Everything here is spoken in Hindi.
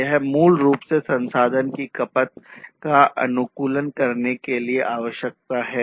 यह मूल रूप से संसाधन की खपत का अनुकूलन करने के लिए आवश्यक है